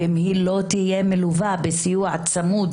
ואם היא לא תהיה מלווה בסיוע צמוד